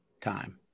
time